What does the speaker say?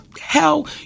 hell